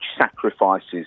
sacrifices